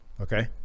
okay